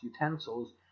utensils